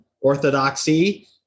orthodoxy